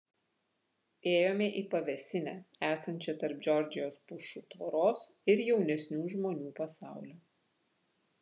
ėjome į pavėsinę esančią tarp džordžijos pušų tvoros ir jaunesnių žmonių pasaulio